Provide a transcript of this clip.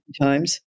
times